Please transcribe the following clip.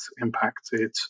impacted